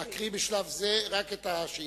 להקריא בשלב זה רק את השאילתא.